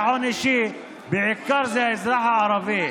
בעיקר זה האזרח הערבי,